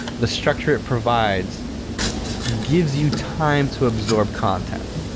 the structure it provides gives you time to absorb content.